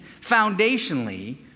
foundationally